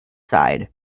side